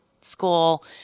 school